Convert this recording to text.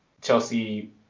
Chelsea